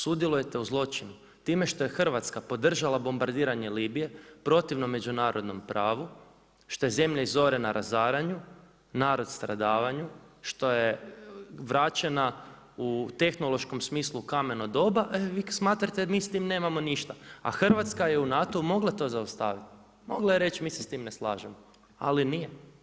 Sudjelujete u zločinu, time što je Hrvatska podržala bombardiranje Libije protivno međunarodnom pravu, što je zemlja izorena razaranju, narod stradavanju što je vraćena u tehnološkom smislu u kameno doba, e vi smatrate mi s tim nemamo ništa, a Hrvatska je u NATO-u mogla to zaustaviti, mogla je reći mi se s tim ne slažemo, ali nije.